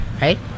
right